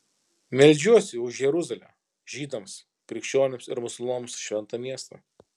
meldžiuosi už jeruzalę žydams krikščionims ir musulmonams šventą miestą